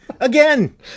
Again